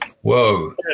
Whoa